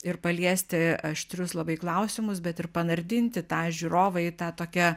ir paliesti aštrius labai klausimus bet ir panardinti tą žiūrovą į tą tokią